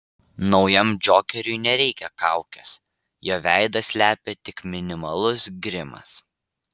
naujam džokeriui nereikia kaukės jo veidą slepia tik minimalus grimas